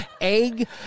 Egg